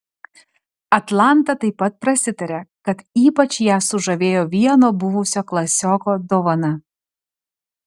atlanta taip pat prasitarė kad ypač ją sužavėjo vieno buvusio klasioko dovana